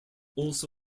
also